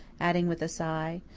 adding with a sigh,